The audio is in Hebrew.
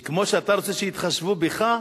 כמו שאתה רוצה שיתחשבו בך,